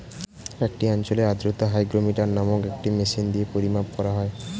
একটি অঞ্চলের আর্দ্রতা হাইগ্রোমিটার নামক একটি মেশিন দিয়ে পরিমাপ করা হয়